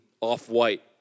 off-white